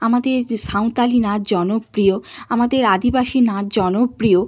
আমাদের যে সাঁওতালি নাচ জনপ্রিয় আমাদের আদিবাসী নাচ জনপ্রিয়